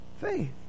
faith